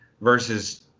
versus